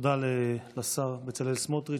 תודה לשר בצלאל סמוטריץ'.